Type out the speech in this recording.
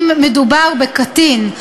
אם מדובר בקטין.